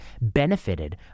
benefited